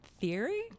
theory